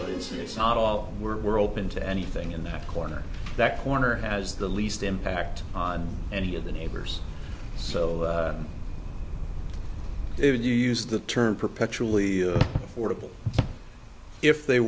but it's not all we're open to anything in that corner that corner has the least impact on any of the neighbors so if you use the term perpetually affordable if they